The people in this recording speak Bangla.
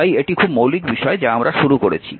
তাই এটি খুব মৌলিক বিষয় যা আমরা শুরু করেছি